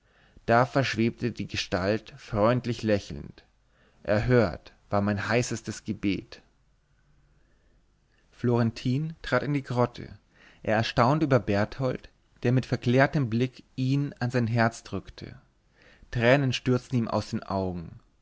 da verschwebte die gestalt freundlich lächelnd erhört war mein heißestes gebet florentin trat in die grotte er erstaunte über berthold der mit verklärtem blick ihn an sein herz drückte tränen stürzten ihm aus den augen